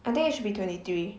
I think you should be twenty three